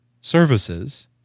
services –